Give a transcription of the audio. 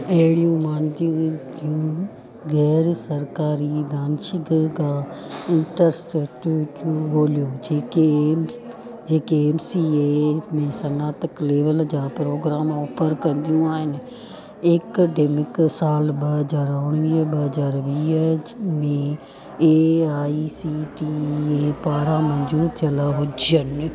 अहिड़ियूं मांदियूं विधियूं गैर सरकारी विधानश खां इंट्रेस्ट चूं चूं ॿोलियूं JK M JK M C A में सनातक जा प्रोग्राम ऑफर कंदियूं आहिनि ऐकेडमिक साल ॿ हज़ार उणिवीह ॿ हज़ार वीह में ए आई सी टी पारां मंज़ूर थियल हुजनि